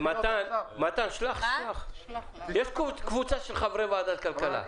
יש קבוצה של חברי ועדת הכלכלה.